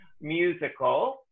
musical